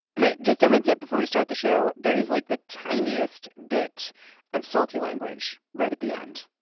hey, just a heads up before we start the show. there is like the tiniest bit of salty language right at the end.